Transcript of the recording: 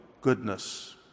goodness